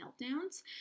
meltdowns